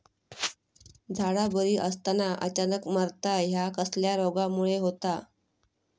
झाडा बरी असताना अचानक मरता हया कसल्या रोगामुळे होता?